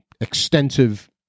extensive